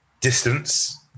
distance